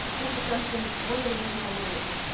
this is something one of the reasons i married him.